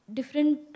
Different